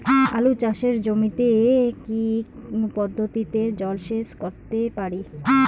আলু চাষে জমিতে আমি কী পদ্ধতিতে জলসেচ করতে পারি?